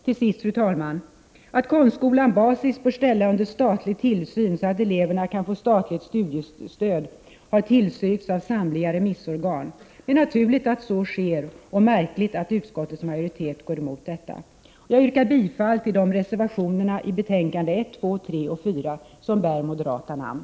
Till sist: Att konstskolan BASIS bör ställas under statlig tillsyn, så att eleverna kan få statligt studiestöd, har tillstyrkts av samtliga remissorgan. Det är naturligt att så sker och märkligt att utskottets majoritet går emot detta. Fru talman! Jag yrkar bifall till de reservationer i betänkandena 1, 2,3 och 4 som bär moderata namn.